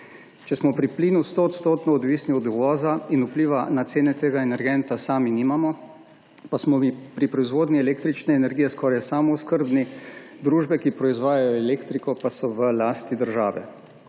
Če smo pri plinu 100-odstotno odvisni od uvoza in vpliva na cene tega energenta sami nimamo, pa smo pri proizvodnji električne energije skoraj samooskrbni, družbe, ki proizvajajo elektriko, pa so v lasti države.